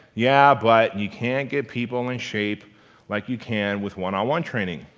yeah, but you can get people in shape like you can with one-on-one training,